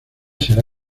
será